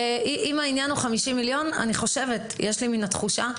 אני חושבת, יש לי תחושה,